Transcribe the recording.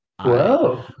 Whoa